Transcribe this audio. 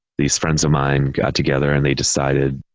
these friends of mine got together and they decided,